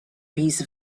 piece